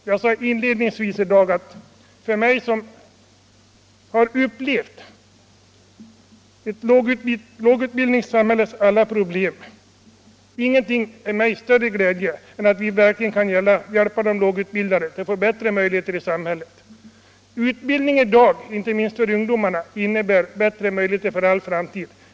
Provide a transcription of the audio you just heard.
Jag sade inledningsvis i dag att för mig, som har upplevt ett lågutbildningssamhälles alla problem, är ingenting till större glädje än att vi verkligen kan hjälpa de lågutbildade till bättre möjligheter i livet. Utbildning i dag innebär inte minst för ungdomarna bättre möjligheter för all framtid.